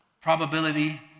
probability